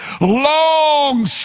long